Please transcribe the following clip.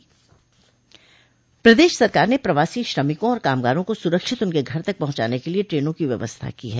प्रदेश सरकार ने प्रवासी श्रमिकों और कामगारों को सुरक्षित उनके घर तक पहुंचाने के लिये ट्रेनों की व्यवस्था की है